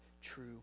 true